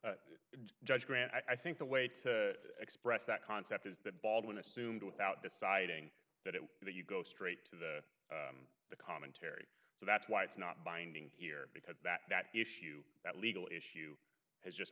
grant i think the way to express that concept is that baldwin assumed without deciding that it that you go straight to the the commentary so that's why it's not binding here because that that issue that legal issue has just